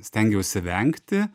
stengiausi vengti